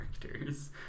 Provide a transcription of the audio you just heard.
characters